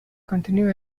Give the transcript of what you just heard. continue